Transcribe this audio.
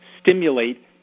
stimulate